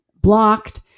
blocked